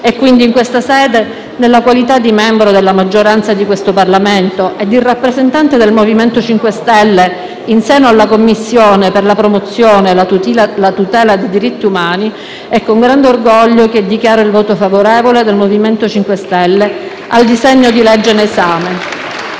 adeguarlo. In questa sede, nella qualità di membro della maggioranza di questo Parlamento e di rappresentante del Movimento 5 Stelle in seno alla Commissione per la promozione e la tutela dei diritti umani, è con grande orgoglio che dichiaro il voto favorevole del Movimento 5 Stelle al disegno di legge in esame,